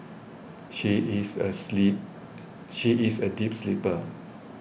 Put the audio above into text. she is a sleep she is a deep sleeper